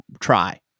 try